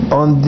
on